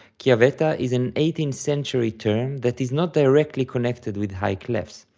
chiavetta is an eighteenth century term that is not directly connected with high clefs.